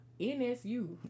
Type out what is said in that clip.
NSU